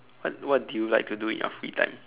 what what do you like to do in your free time